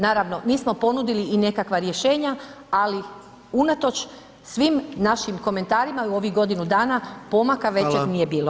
Naravno mi smo ponudili i nekakva rješenja, ali unatoč svim našim komentarima i u ovih godinu dana [[Upadica: Hvala.]] pomaka većeg nije bilo.